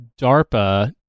DARPA